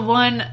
one